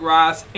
Ross